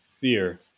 beer